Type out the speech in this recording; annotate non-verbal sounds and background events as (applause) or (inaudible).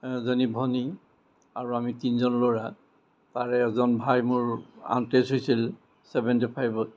জনী ভনী আৰু আমি তিনিজন ল'ৰা তাৰে এজন ভাই মোৰ (unintelligible) হৈছিল ছেভেণ্টি ফাইভত